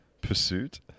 pursuit